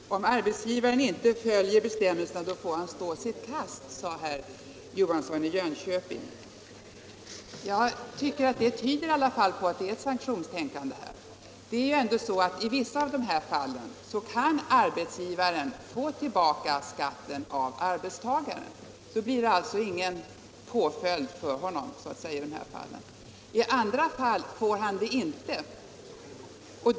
Herr talman! Om arbetsgivaren inte följer bestämmelserna så får han stå sitt kast, sade herr Johansson i Jönköping. Det tyder på ett sanktionstänkande. I vissa fall kan arbetsgivaren få tillbaka skatten av arbetstagaren. Då blir det så att säga ingen påföljd för honom. I andra fall kan han inte få det.